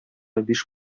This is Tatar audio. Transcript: биш